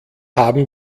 haben